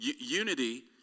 Unity